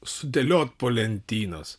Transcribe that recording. sudėliot po lentynas